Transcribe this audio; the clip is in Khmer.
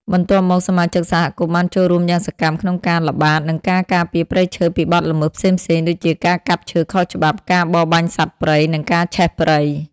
បន្ទាប់មក សមាជិកសហគមន៍បានចូលរួមយ៉ាងសកម្មក្នុងការល្បាត និងការការពារព្រៃឈើពីបទល្មើសផ្សេងៗដូចជាការកាប់ឈើខុសច្បាប់ ការបរបាញ់សត្វព្រៃ និងការឆេះព្រៃ។